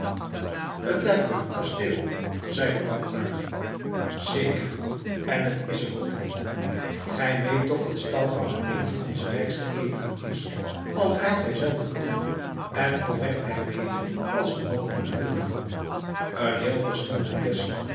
het lijkt wel een kasteel zeide baumgarten zeker en het is er ook een gij weet toch dat stauffacher een van onze rijkste edelen is al drijft hij zelf den ploeg en al werkt hij mede als een man in huurloon een heel verschil met